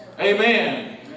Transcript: amen